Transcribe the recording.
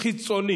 חיצונית,